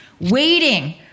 waiting